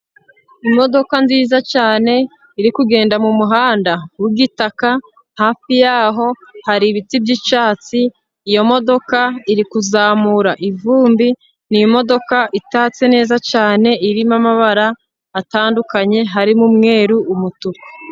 Imodoka nziza cyane, iri kugenda mu muhanda w'igitaka, hafi yaho hari ibiti by'icyatsi, iyo modoka iri kuzamura ivumbi, ni imodoka itatse neza cyane, irimo amabara atandukanye, harimo umweru, umutuku.